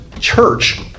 church